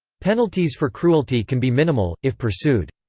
penalties for cruelty can be minimal, if pursued.